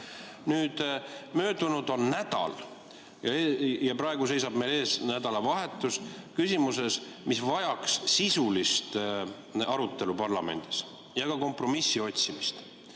Möödunud on nädal ja praegu seisab meil ees nädalavahetus küsimuses, mis vajaks sisulist arutelu parlamendis ja ka kompromissi otsimist. Ja